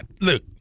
look